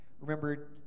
remember